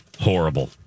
horrible